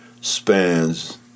spans